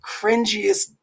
cringiest